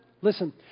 Listen